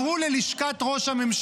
תודה, חבר הכנסת כהן.